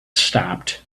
stopped